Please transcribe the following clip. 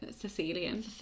Sicilian